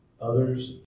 others